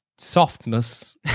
softness